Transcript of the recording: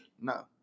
No